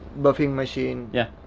buffing machine yeah.